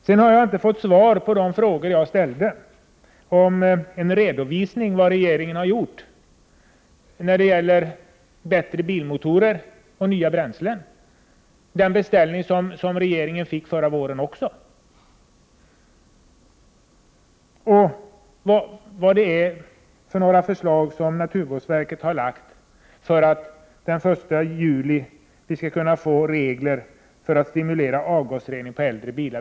Jag har vidare inte fått svar på min fråga om vad regeringen gjort när det gäller bättre bilmotorer och nya bränslen med anledning av den beställning som regeringen också fick förra året. Inte heller har jag fått svar på frågan vad det är för förslag naturvårdsverket lagt fram för att vi den 1 juli skall kunna få regler för att stimulera avgasreningen på äldre bilar.